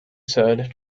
said